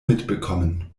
mitbekommen